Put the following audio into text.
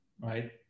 right